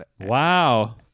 Wow